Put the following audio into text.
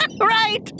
Right